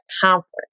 conference